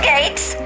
Gates